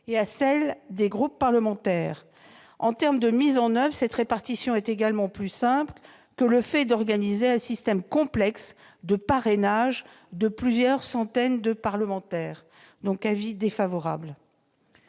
et à celle des groupes parlementaires. Mettre en oeuvre cette répartition est également plus simple qu'organiser un système complexe de parrainage de plusieurs centaines de parlementaires. L'avis est défavorable.